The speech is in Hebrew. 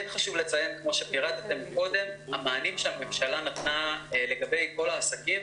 כן חשוב לציין כמו שפירטתם קודם: המענים שהממשלה נתנה לגבי כל העסקים